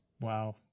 Wow